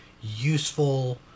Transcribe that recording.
useful